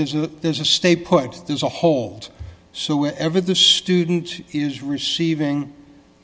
there's a there's a stay put there's a hold so ever the student is receiving